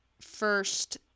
first